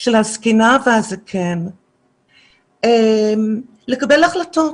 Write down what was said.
של הזקנה והזקן לקבל החלטות,